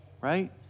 right